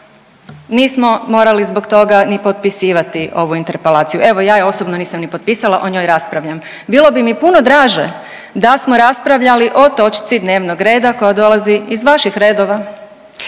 nismo morali zbog toga i ni potpisivati ovu interpelaciju, evo ja je osobno nisam ni potpisala o njoj raspravljam. Bilo bi mi puno draže da smo raspravljali o točci dnevnog reda koja dolazi iz vaših redova.